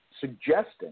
suggesting